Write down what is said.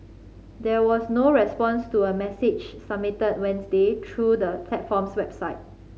there was no response to a message submitted Wednesday through the platform's website